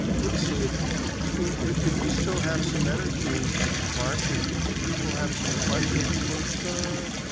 but let's see if if he's still have some energy mark if if people have some questions. let's, ah,